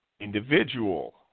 individual